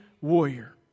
warrior